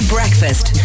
Breakfast